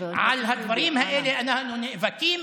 על הדברים האלה אנחנו נאבקים,